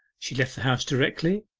she left the house directly,